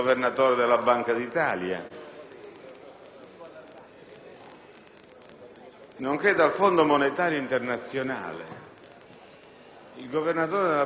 nonché dal Fondo monetario internazionale. Il Governatore della Banca d'Italia,